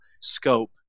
scope